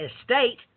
estate